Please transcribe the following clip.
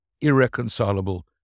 irreconcilable